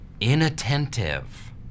inattentive